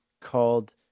called